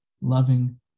loving